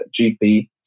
GP